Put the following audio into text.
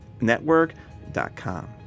network.com